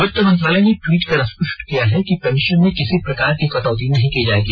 वित्त मंत्रालय ने ट्वीट कर स्पष्ट किया है कि पेंशन में किसी प्रकार की कटौती नहीं की जायेगी